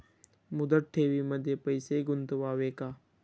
मुदत ठेवींमध्ये पैसे गुंतवावे का?